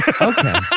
Okay